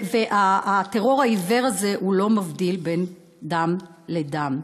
הטרור העיוור הזה לא מבדיל בין דם לדם.